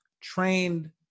trained